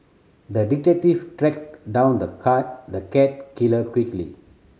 the detective tracked down the car the cat killer quickly